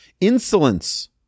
insolence